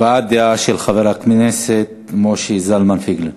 הבעת דעה של חבר הכנסת משה זלמן פייגלין.